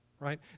right